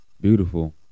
beautiful